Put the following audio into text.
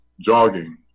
jogging